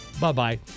Bye-bye